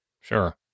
Sure